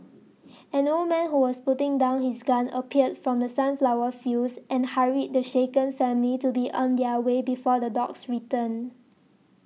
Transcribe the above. an old man who was putting down his gun appeared from the sunflower fields and hurried the shaken family to be on their way before the dogs return